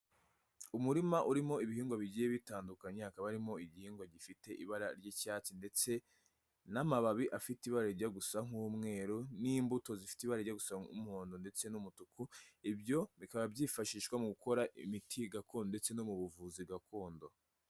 Umurima urimo ibihingwa bigiye bitandukanye hakaba harimo igihingwa gifite ibara ry'icyatsi ndetse n'amababi afite ibara rijya gusa nk'umweru n'imbuto zifite ibara rijyagusa n'umuhondo ndetse n'umutuku ibyo bikaba byifashishwa mu gukora imiti gakondo ndetse no mu buvuzi gakondo.